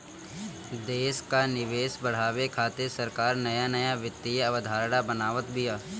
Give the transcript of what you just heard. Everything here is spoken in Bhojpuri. देस कअ निवेश बढ़ावे खातिर सरकार नया नया वित्तीय अवधारणा बनावत बिया